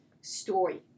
story